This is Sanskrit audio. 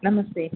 नमस्ते